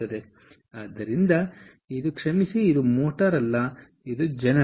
ಆದ್ದರಿಂದ ಇದು ಕ್ಷಮಿಸಿ ಇದು ಮೋಟರ್ ಅಲ್ಲ ಇದು ಜನರೇಟರ್